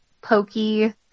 pokey